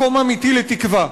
מקום אמיתי לתקווה: